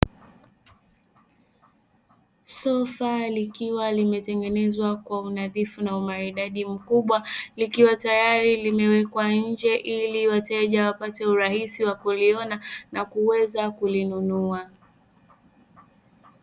Sofa likiwa limetengenezwa kwa unazifu na umaridadi mkubwa, likiwa tayari limewekwa nje ili wateja wapate urahisi wa kuliona na kuweza kulinunua.